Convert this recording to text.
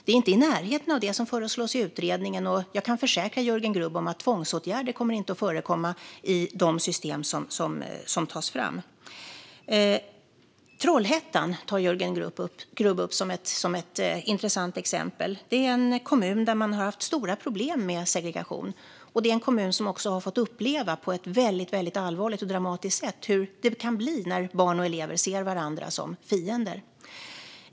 Det är inte i närheten av det som föreslås i utredningen, och jag kan försäkra Jörgen Grubb om att tvångsåtgärder inte kommer att förekomma i de system som tas fram. Jörgen Grubb tog upp Trollhättan som ett intressant exempel. Det är en kommun där man har haft stora problem med segregation, och det är en kommun som på ett allvarligt och dramatiskt sätt har fått uppleva hur det kan bli när barn och elever ser varandra som fiender.